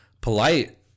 Polite